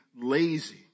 lazy